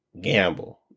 gamble